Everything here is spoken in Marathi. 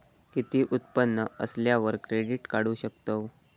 किती उत्पन्न असल्यावर क्रेडीट काढू शकतव?